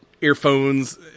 earphones